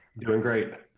doing great.